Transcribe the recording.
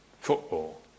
football